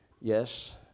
yes